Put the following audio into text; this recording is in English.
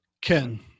Ken